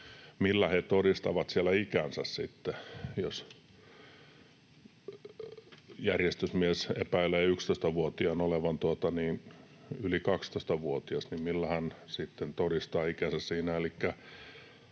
millä he todistavat siellä ikänsä sitten. Jos järjestysmies epäilee 11-vuotiaan olevan yli 12-vuotias, niin millä hän sitten todistaa ikänsä siinä?